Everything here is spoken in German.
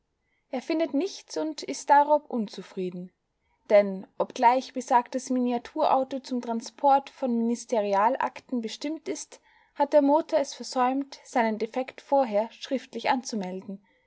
er findet nichts und ist darob unzufrieden denn obgleich besagtes miniaturauto zum transport von ministerialakten bestimmt ist hat der motor es versäumt seinen defekt vorher schriftlich anzumelden